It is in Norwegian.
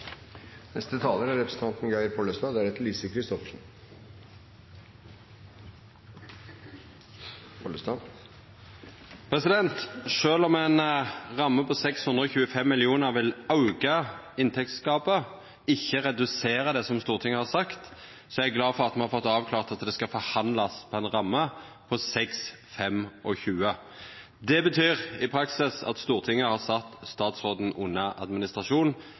om ei ramme på 625 mill. kr. vil auka inntektsgapet, ikkje redusera det, som Stortinget har sagt, er eg glad for at me har fått avklara at det skal forhandlast på ei ramme på 625 mill. kr. Det betyr i praksis at Stortinget har sett statsråden under